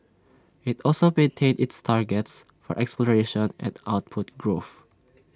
IT also maintained its targets for exploration and output growth